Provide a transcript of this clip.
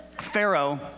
Pharaoh